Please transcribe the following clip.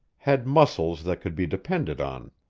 had muscles that could be depended on.